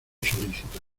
solícita